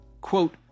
Quote